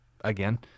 again